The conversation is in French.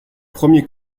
premier